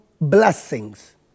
blessings